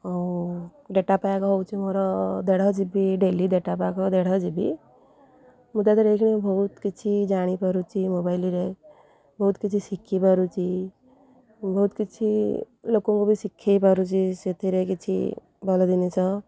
ଆଉ data pack ହେଉଛି ମୋର ଦେଢ଼ ଯିବି ଡେଲି ଡାଟା ପ୍ୟାକ୍ ଦେଢ଼ ଯିବି ମୁଁ ତା ଦେହରେ ବହୁତ କିଛି ଜାଣିପାରୁଛି ମୋବାଇଲ୍ରେ ବହୁତ କିଛି ଶିଖିପାରୁଛି ବହୁତ କିଛି ଲୋକଙ୍କୁ ବି ଶିଖେଇ ପାରୁଛି ସେଥିରେ କିଛି ଭଲ ଜିନିଷ